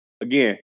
again